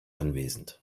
anwesend